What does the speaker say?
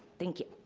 thank you.